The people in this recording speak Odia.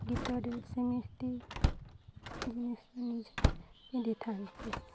ଗୀତରେ ସେମିତି ଜିନିଷ ପିନ୍ଧଥାନ୍ତି